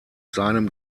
seinem